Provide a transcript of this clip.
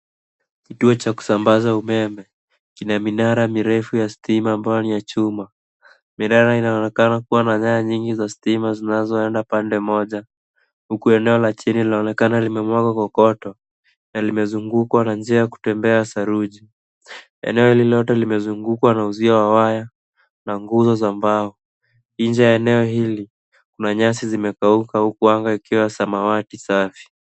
Kituo cha kusambaza umeme, kina minara mirefu ya stima ambayo ni ya chuma, minara inaonekana kuwa na nyaya nyingi za stima zinazoenda pande moja, huku eneo la chini linaonekana limemwagwa kokoto na limezungukwa na njia ya kutembea ya saruji, eneo hili lote limezungukwa na uzio wa waya na nguzo za mbao, nje ya eneo hili manyasi zimekauka huku anga ikiwa na samawati safi.